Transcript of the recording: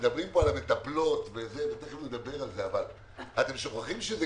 מדברים כאן על המטפלות אבל אתם שוכחים שזה